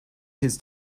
his